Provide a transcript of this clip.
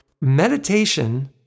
Meditation